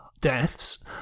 deaths